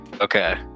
Okay